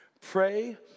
Pray